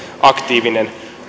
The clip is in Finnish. aktiivinen